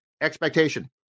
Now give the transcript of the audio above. expectation